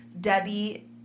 debbie